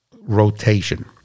rotation